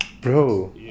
bro